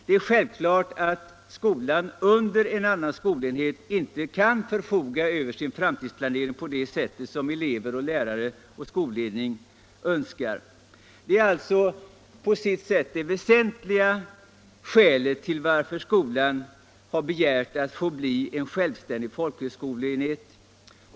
Det är självklart att skolan under en annan skolenhet inte kan förfoga över sin framtidsplanering på det sätt som elever, lärare och skolledning önskar. Det är alltså på sitt sätt det väsentliga skälet till att skolan har begärt att få bli en självständig folkhögskoleenhet.